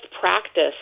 practice